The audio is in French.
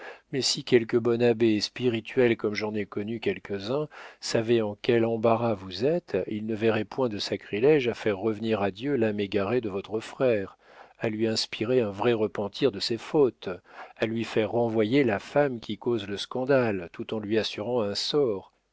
mais si quelque bon abbé spirituel comme j'en ai connu quelques-uns savait dans quel embarras vous êtes il ne verrait point de sacrilége à faire revenir à dieu l'âme égarée de votre frère à lui inspirer un vrai repentir de ses fautes à lui faire renvoyer la femme qui cause le scandale tout en lui assurant un sort